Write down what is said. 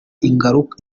ingaruka